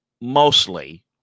mostly